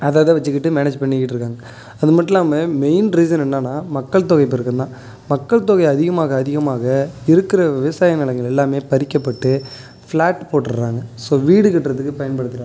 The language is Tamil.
அதத வச்சிக்கிட்டு மேனேஜ் பண்ணிக்கிட்ருக்காங்க அது மட்டும் இல்லாமல் மெய்ன் ரீசன் என்னனா மக்கள் தொகை பெருக்கம் தான் மக்கள் தொகை அதிகமாக அதிகமாக இருக்கிற விவசாய நிலங்கள் எல்லாமே பறிக்கப்பட்டு ஃப்ளாட் போட்டுடுறாங்க ஸோ வீடு கட்டுறதுக்கு பயன்படுத்துகிறாங்க